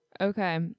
Okay